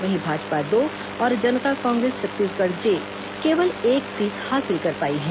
वहीं भाजंपा दो और जनता कांग्रेस छत्तीसगढ़ जे केवल एक सीट हासिल कर पाई हैं